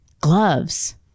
gloves